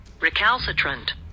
Recalcitrant